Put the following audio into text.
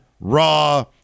Raw